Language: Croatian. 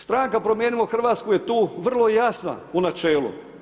Stranka Promijenimo Hrvatsku je tu vrlo jasna u načelu.